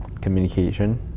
communication